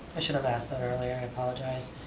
i should have asked that earlier, i apologize.